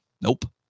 Nope